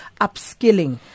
upskilling